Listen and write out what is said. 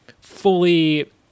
fully